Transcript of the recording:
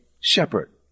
shepherd